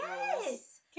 Yes